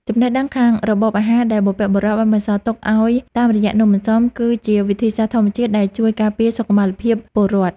ចំណេះដឹងខាងរបបអាហារដែលបុព្វបុរសបានបន្សល់ទុកឱ្យតាមរយៈនំអន្សមគឺ ជាវិទ្យាសាស្ត្រធម្មជាតិដែលជួយការពារសុខុមាលភាពពលរដ្ឋ។